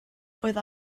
oedd